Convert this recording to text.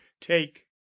take